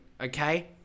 Okay